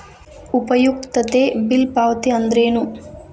ಉಪಯುಕ್ತತೆ ಬಿಲ್ ಪಾವತಿ ಅಂದ್ರೇನು?